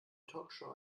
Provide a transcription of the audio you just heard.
talkshow